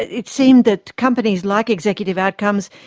it seemed that companies like executive outcomes,